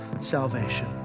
salvation